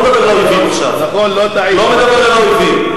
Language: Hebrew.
אני מדבר על הליכוד, אני לא מדבר על אויבים עכשיו.